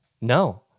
no